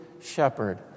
shepherd